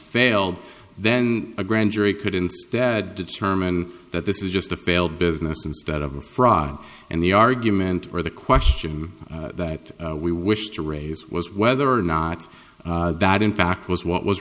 failed then a grand jury could instead determine that this is just a failed business instead of a fraud and the argument or the question that we wish to raise was whether or not that in fact was what was